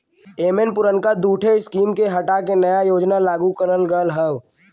एमन पुरनका दूठे स्कीम के हटा के नया योजना लागू करल गयल हौ